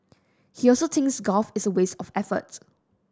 he also thinks golf is a waste of effort